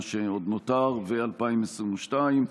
מה שעוד נותר, ו-2022?